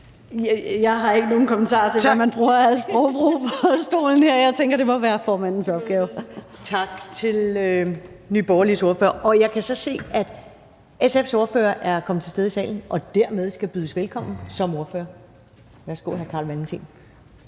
Jeg har ikke nogen kommentarer til, hvad man har af sprogbrug fra talerstolen her. Jeg tænker, at det må være formandens opgave. Kl. 13:15 Første næstformand (Karen Ellemann): Tak til Nye Borgerliges ordfører. Jeg kan så se, at SF's ordfører er kommet til stede i salen og dermed skal bydes velkommen som ordfører. Værsgo, hr. Carl Valentin.